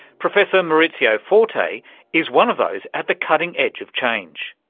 professor maurizio forte is one of those at the cutting edge of change.